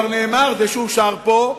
זה שאושר פה,